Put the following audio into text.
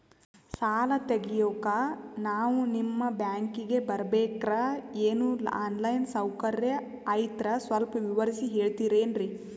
ಸಾಲ ತೆಗಿಯೋಕಾ ನಾವು ನಿಮ್ಮ ಬ್ಯಾಂಕಿಗೆ ಬರಬೇಕ್ರ ಏನು ಆನ್ ಲೈನ್ ಸೌಕರ್ಯ ಐತ್ರ ಸ್ವಲ್ಪ ವಿವರಿಸಿ ಹೇಳ್ತಿರೆನ್ರಿ?